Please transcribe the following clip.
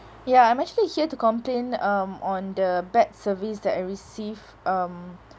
ya I'm actually here to complain um on the bad service that I receive um